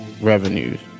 revenues